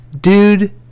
dude